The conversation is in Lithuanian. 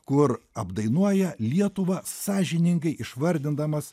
kur apdainuoja lietuvą sąžiningai išvardindamas